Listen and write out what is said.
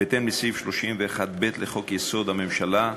בהתאם לסעיף 31(ב) לחוק-יסוד: הממשלה,